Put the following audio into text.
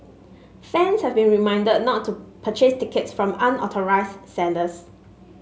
fans have been reminded not to purchase tickets from unauthorised sellers